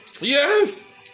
Yes